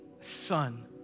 son